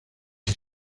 est